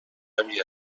روی